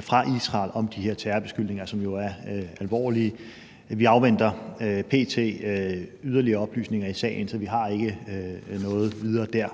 fra Israel om de her terrorbeskyldninger, som jo er alvorlige. Vi afventer p.t. yderligere oplysninger i sagen, så vi har ikke noget videre der.